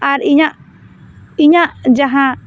ᱟᱨ ᱤᱧᱟᱹᱜ ᱤᱧᱟᱹᱜ ᱡᱟᱦᱟᱸ